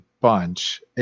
bunch